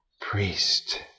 priest